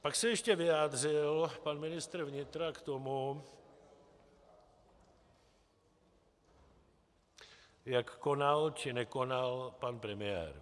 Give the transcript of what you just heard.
Pak se ještě vyjádřil pan ministr vnitra k tomu, jak konal či nekonal pan premiér.